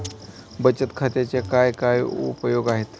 बचत खात्याचे काय काय उपयोग आहेत?